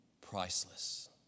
priceless